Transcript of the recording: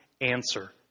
answer